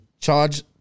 charge